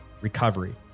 recovery